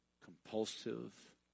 compulsive